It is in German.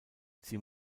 sie